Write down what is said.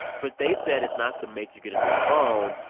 but they said it's not to make you get a new phone.